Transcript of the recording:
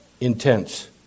intense